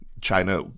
China